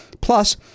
plus